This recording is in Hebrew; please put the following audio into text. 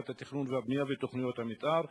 בעיית התכנון והבנייה ותוכניות המיתאר,